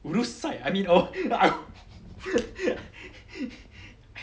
I mean oh